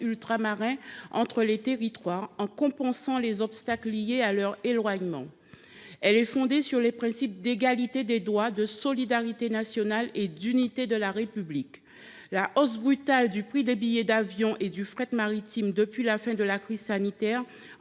ultramarins entre les territoires, en compensant les obstacles liés à leur éloignement. Elle est fondée sur les principes d’égalité des droits, de solidarité nationale et d’unité de la République. La hausse brutale du prix des billets d’avion et du fret maritime depuis la fin de la crise sanitaire